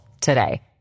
today